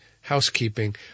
housekeeping